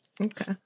okay